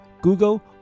Google